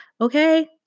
Okay